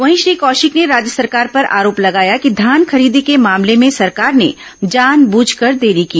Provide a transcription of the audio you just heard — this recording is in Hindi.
वहीं श्री कौशिक ने राज्य सरकार पर आरोप लगाया कि धान खरीदी के मामले में सरकार ने जान बूझकर देरी की